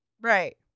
Right